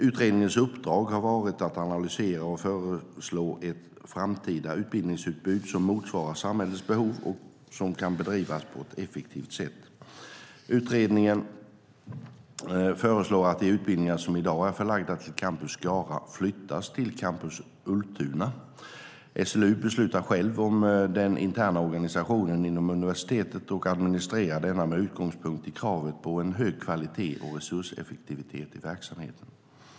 Utredningens uppdrag har varit att analysera och föreslå ett framtida utbildningsutbud som motsvarar samhällets behov och som kan bedrivas på ett effektivt sätt. Utredningen föreslår att de utbildningar som i dag är förlagda till campus Skara flyttas till campus Ultuna. SLU beslutar själv om den interna organisationen inom universitetet och administrerar denna med utgångspunkt i kravet på en hög kvalitet och resurseffektivitet i verksamheten.